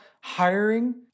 hiring